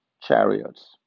chariots